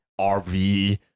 RV